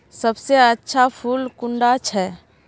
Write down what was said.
सबसे अच्छा फुल कुंडा छै?